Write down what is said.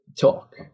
talk